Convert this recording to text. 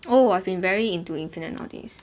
oh I've been very into infinite nowadays